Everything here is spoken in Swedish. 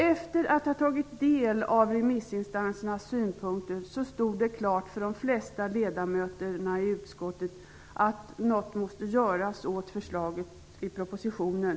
Efter att ha tagit del av remissinstansernas synpunkter stod det klart för de flesta ledamöterna i utskottet att något måste göras åt förslaget i propositionen.